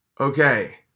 Okay